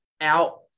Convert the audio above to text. out